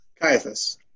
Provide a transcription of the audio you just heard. Caiaphas